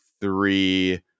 three